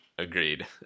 Agreed